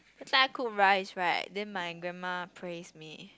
that time I cook rice right then my grandma praise me